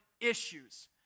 issues